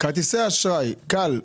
כרטיסי אשראי כאל,